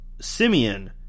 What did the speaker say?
Simeon